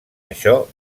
això